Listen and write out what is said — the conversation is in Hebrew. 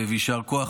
יישר כוח.